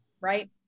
right